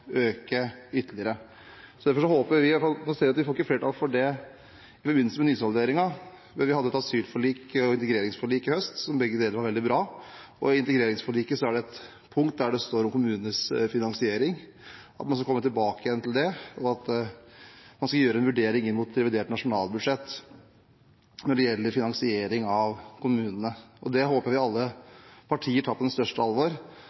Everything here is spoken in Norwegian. øke ytterligere. Vi ser at vi ikke får flertall for det i forbindelse med nysalderingen, men vi hadde et asylforlik og et integreringsforlik i høst som begge deler var veldig bra. I integreringsforliket er det et punkt der det står om kommunenes finansiering at man skal komme tilbake igjen til det, og at man skal gjøre en vurdering inn mot revidert nasjonalbudsjett når det gjelder finansiering av kommunene. Det håper vi alle partier tar på det største alvor